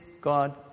God